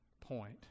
point